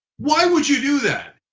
why would you do that?